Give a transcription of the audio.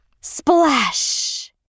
Splash